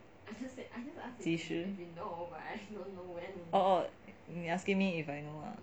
几时 oh oh you asking me if I know lah